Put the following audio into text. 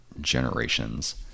generations